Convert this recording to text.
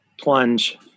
plunge